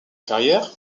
carrière